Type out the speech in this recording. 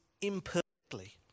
imperfectly